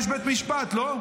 יש בית משפט, לא?